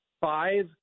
Five